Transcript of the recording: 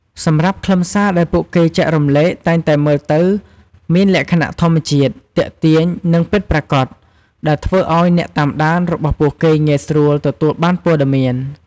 សម្រាប់ខ្លឹមសារដែលពួកគេចែករំលែកតែងតែមើលទៅមានលក្ខណៈធម្មជាតិ ទាក់ទាញ និងពិតប្រាកដ ដែលធ្វើឱ្យអ្នកតាមដានរបស់ពួកគេងាយស្រួលទទួលបានព័ត៌មាន។